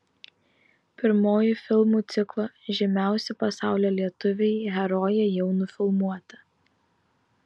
pirmoji filmų ciklo žymiausi pasaulio lietuviai herojė jau nufilmuota